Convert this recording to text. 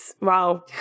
wow